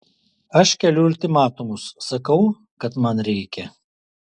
aš keliu ultimatumus sakau kad man reikia